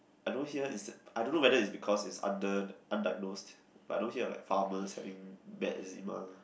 I don't hear I don't know whether is because it is under undiagnosed but I don't hear like farmers having bad eczema